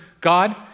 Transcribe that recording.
God